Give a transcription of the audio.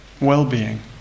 well-being